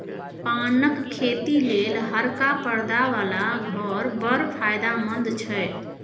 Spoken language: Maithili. पानक खेती लेल हरका परदा बला घर बड़ फायदामंद छै